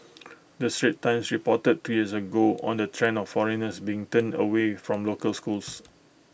the straits times reported two years ago on the trend of foreigners bring turned away from local schools